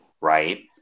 Right